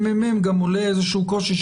גם מתוך הממ"מ כבר עולה איזה שהוא קושי,